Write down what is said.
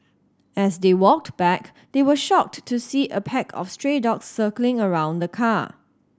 as they walked back they were shocked to see a pack of stray dogs circling around the car